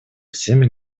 всеми